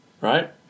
Right